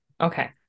Okay